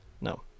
No